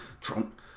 Trump